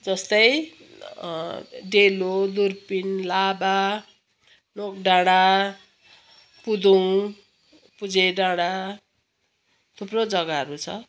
जस्तै डेलो दुर्बिन लाभा नोक डाँडा पुदुङ पुजे डाँडा थुप्रो जग्गाहरू छ